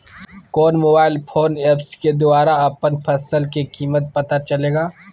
कौन mobile phone app के द्वारा अपन फसल के कीमत पता चलेगा?